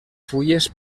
fulles